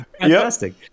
Fantastic